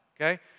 Okay